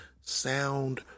sound